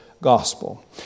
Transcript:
gospel